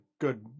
good